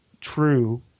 true